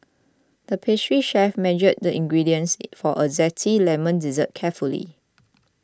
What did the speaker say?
the pastry chef measured the ingredients for a Zesty Lemon Dessert carefully